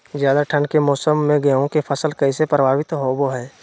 ज्यादा ठंड के मौसम में गेहूं के फसल कैसे प्रभावित होबो हय?